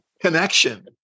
Connection